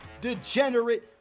degenerate